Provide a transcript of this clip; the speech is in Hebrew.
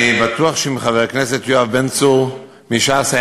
אני בטוח שאם חבר הכנסת יואב בן צור מש"ס היה